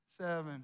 seven